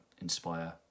inspire